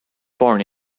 born